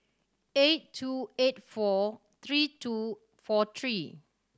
eight two eight four three two four three